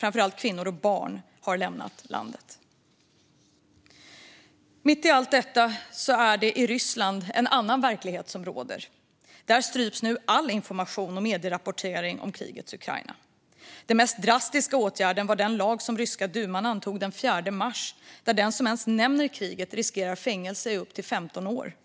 framför allt kvinnor och barn, har lämnat landet. Mitt i allt detta råder en annan verklighet i Ryssland. Där stryps nu all information och medierapportering om kriget i Ukraina. Den mest drastiska åtgärden är den lag som den ryska duman antog den 4 mars som innebär att den som ens nämner kriget riskerar fängelse i upp till 15 år.